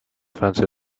fancy